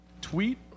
tweet